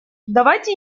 давайте